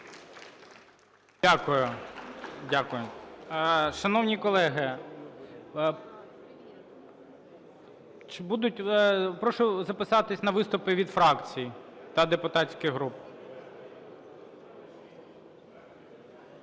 Дякую. Шановні колеги, чи будуть... Прошу записатися на виступи від фракцій та депутатських груп.